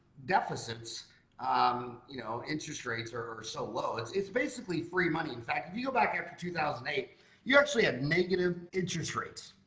deficits um you know interest rates are are so low. it's it's basically free money in fact if you go back after two thousand and eight you actually have negative interest rates.